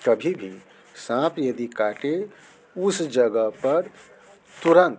कभी भी साँप यदि काटे उस जगह पर तुरंत